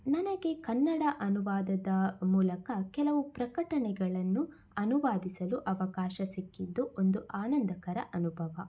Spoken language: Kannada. ನನಗೆ ಕನ್ನಡ ಅನುವಾದದ ಮೂಲಕ ಕೆಲವು ಪ್ರಕಟಣೆಗಳನ್ನು ಅನುವಾದಿಸಲು ಅವಕಾಶ ಸಿಕ್ಕಿದ್ದು ಒಂದು ಆನಂದಕರ ಅನುಭವ